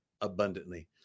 abundantly